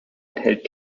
enthält